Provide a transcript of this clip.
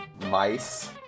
mice